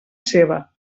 seva